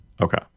Okay